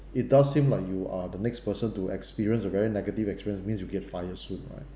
it does seem like you are the next person to experience a very negative experience means you get fire soon right